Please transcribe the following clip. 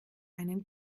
einen